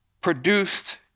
produced